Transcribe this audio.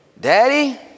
daddy